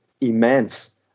immense